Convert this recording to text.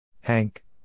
Hank